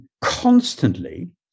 constantly